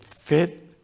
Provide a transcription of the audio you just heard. fit